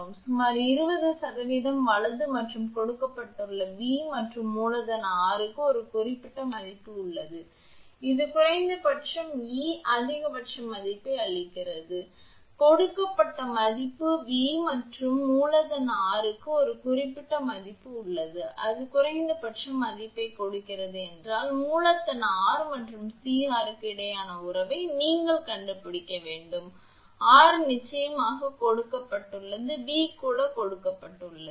About சுமார் 20 வலது மற்றும் கொடுக்கப்பட்ட V மற்றும் மூலதன R க்கு ஒரு குறிப்பிட்ட மதிப்பு உள்ளது இது குறைந்தபட்சம் E அதிகபட்ச மதிப்பை அளிக்கிறது கொடுக்கப்பட்ட மதிப்பு V மற்றும் மூலதன R க்கு ஒரு குறிப்பிட்ட மதிப்பு உள்ளது அதன் குறைந்தபட்ச மதிப்பை கொடுக்கிறது என்றால் மூலதன R மற்றும் சிறிய r க்கு இடையேயான உறவை நீங்கள் கண்டுபிடிக்க வேண்டும் R நிச்சயமாக கொடுக்கப்பட்டுள்ளது V கூட கொடுக்கப்பட்டுள்ளது